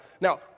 Now